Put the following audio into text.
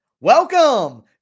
Welcome